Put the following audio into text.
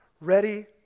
ready